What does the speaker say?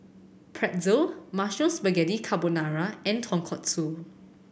Pretzel Mushroom Spaghetti Carbonara and Tonkatsu